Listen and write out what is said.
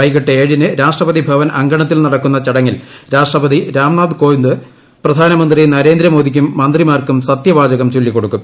വൈകിട്ട് ഏഴിന് രാഷ്ട്രപതി ഭവൻ അങ്കണത്തിൽ നടക്കുന്ന ചടങ്ങിൽ രാഷ്ട്രപതി രാംനാഥ് കോവിന്ദ് പ്രധാനമന്ത്രി നരേന്ദ്രമോദിക്കും സത്യവാചകഠ മന്ത്രിമാർക്കും ചൊല്ലിക്കൊടുക്കും